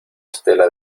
estela